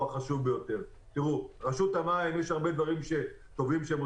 והוא החשוב ביותר: יש הרבה דברים טובים שרשות המים